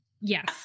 Yes